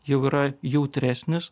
jau yra jautresnis